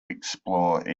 explore